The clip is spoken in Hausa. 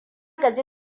gaji